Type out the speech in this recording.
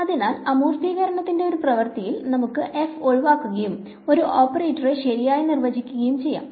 അതിനാൽ അമൂർത്തീകരണത്തിന്റെ ഒരു പ്രവൃത്തിയാൽ നമുക്ക് f ഒഴിവാക്കുകയും ഒരു ഓപ്പറേറ്ററെ ശരിയായി നിർവചിക്കുകയും ചെയ്യാം